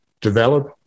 develop